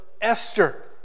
Esther